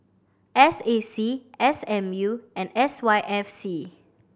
S A C S M U and S Y F C